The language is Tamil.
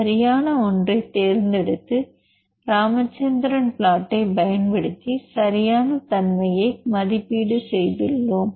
சரியான ஒன்றைத் தேர்ந்தெடுத்து ராமச்சந்திரன் ப்ளாட்டை பயன்படுத்தி சரியான தன்மையை மதிப்பீடு செய்துள்ளோம்